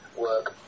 work